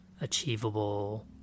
achievable